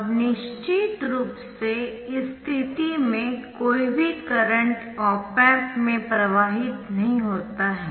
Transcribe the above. अब निश्चित रूप से इस स्थिति में कोई भी करंट ऑप एम्प में प्रवाहित नहीं होता है